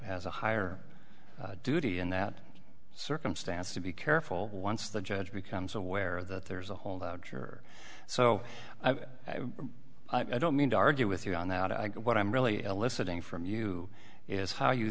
has a higher duty in that circumstance to be careful once the judge becomes aware that there's a hold out you're so i've i don't mean to argue with you on that i get what i'm really eliciting from you is how you